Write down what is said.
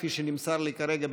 כפי שנמסר לי כרגע,